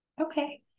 Okay